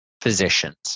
physicians